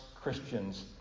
Christians